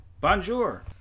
bonjour